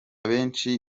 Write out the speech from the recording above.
benshi